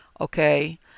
okay